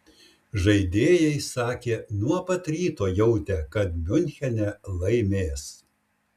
žaidėjai sakė nuo pat ryto jautę kad miunchene laimės